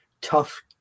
tough